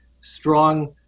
strong